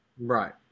Right